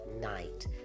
night